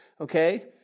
okay